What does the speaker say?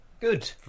good